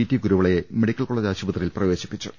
T കുരുവിളയെ medical college ആശുപത്രിയിൽ പ്രവേശിപ്പിച്ചു